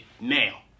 now